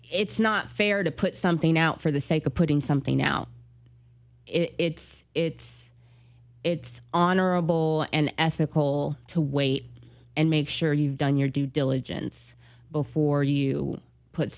it's not fair to put something out for the sake of putting something out it's it's it's honorable and ethical to wait and make sure you've done your due diligence before you put